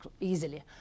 easily